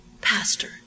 pastor